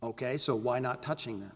ok so why not touching